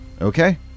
Okay